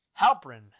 Halprin